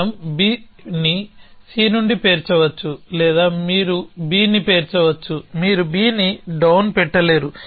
మనం Bని C నుండి పేర్చవచ్చు లేదా మీరు Bని పేర్చవచ్చు మీరు Bని డౌన్ పెట్టలేరు